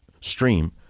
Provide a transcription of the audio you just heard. stream